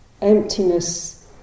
emptiness